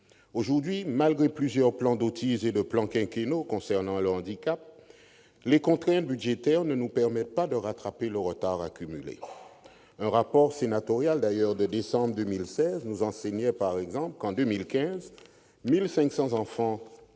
Aujourd'hui, malgré plusieurs plans Autisme et plans quinquennaux concernant le handicap, les contraintes budgétaires ne nous permettent pas de rattraper le retard accumulé. Un rapport sénatorial de décembre 2016 nous enseignait par exemple que, en 2015, quelque 1 500 enfants